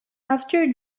after